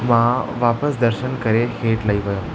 मां वापसि दर्शन करे हेठि लही वियुमि